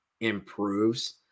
improves